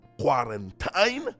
quarantine